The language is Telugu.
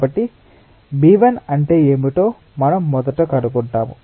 కాబట్టి b1 అంటే ఏమిటో మనం మొదట కనుగొంటాము